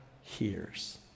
hears